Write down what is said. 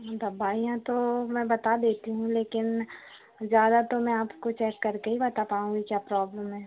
दवाइयाँ तो मैं बता देती हूँ लेकिन ज़्यादा तो मैं आपको चेक करके ही बता पाऊँगी क्या प्रॉब्लम है